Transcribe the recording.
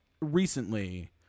recently